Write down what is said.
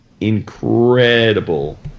incredible